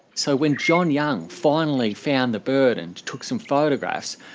so when john young finally found the bird and took some photographs,